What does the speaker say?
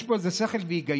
יש פה איזה שכל והיגיון.